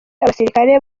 abasirikare